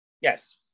Yes